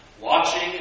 watching